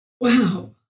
Wow